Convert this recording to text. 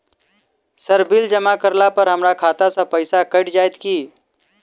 Sir bill जमा करला पर हमरा खाता सऽ पैसा कैट जाइत ई की?